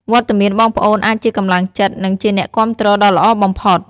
វត្តមានបងប្អូនអាចជាកម្លាំងចិត្ត និងជាអ្នកគាំទ្រដ៏ល្អបំផុត។